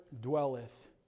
dwelleth